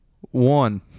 one